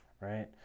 Right